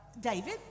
David